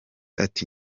ati